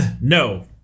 no